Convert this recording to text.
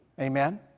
Amen